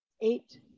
eight